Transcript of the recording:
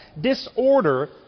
Disorder